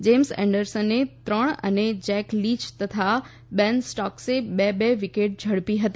James એન્ડરસને ત્રણ અને જેક લીય તથા બેન સ્ટોક્સે બે બે વિકેટ ઝડપી હતી